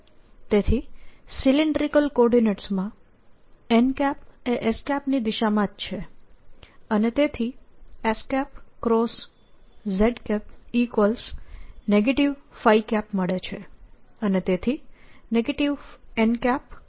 તેથી cylindrical coordinates માં n એ s ની જ દિશામાં છે અને તેથી sZ મળે છે અને તેથી nMM છે